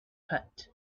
pit